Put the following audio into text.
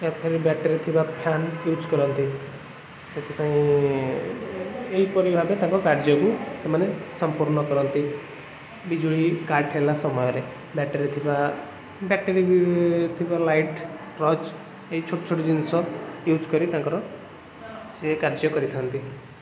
ୟା ଫେର ବ୍ୟାଟେରୀ ଥିବା fan use କରନ୍ତି ସେଥିପାଇଁ ଏହିପରି ଭାବେ ତାଙ୍କ କାର୍ଯ୍ୟକୁ ସେମାନେ ସମ୍ପୂର୍ଣ୍ଣ କରନ୍ତି ବିଜୁଳି କାଟ ହେଲା ସମୟରେ ବ୍ୟାଟେରୀ ଥିବା ବ୍ୟାଟେରୀ ବି ଥିବା ଲାଇଟ୍ ଟର୍ଚ୍ଚ ଏଇ ଛୋଟ ଛୋଟ ଜିନିଷ ଇଉଜ୍ କରି ତାଙ୍କର ସିଏ କାର୍ଯ୍ୟ କରିଥାନ୍ତି